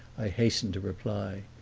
i hastened to reply.